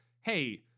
hey